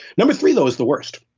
number three though is the worst.